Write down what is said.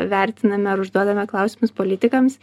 vertiname ir užduodame klausimus politikams